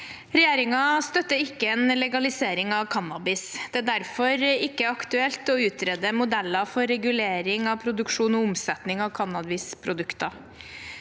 Regjeringen støtter ikke en legalisering av cannabis. Det er derfor ikke aktuelt å utrede modeller for regulering av produksjon og omsetning av cannabisprodukter.